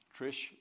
Trish